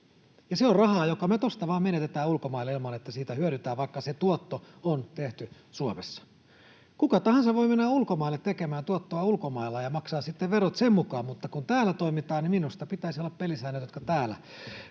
se on rahaa, joka me tuosta vain menetetään ulkomaille ilman, että siitä hyödytään, vaikka se tuotto on tehty Suomessa. Kuka tahansa voi mennä ulkomaille tekemään tuottoa ulkomailla ja maksaa sitten verot sen mukaan. Mutta kun täällä toimitaan, niin minusta pitäisi olla pelisäännöt, jotka täällä